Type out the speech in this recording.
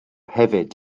hefyd